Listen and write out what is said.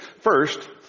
First